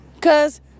Cause